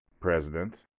President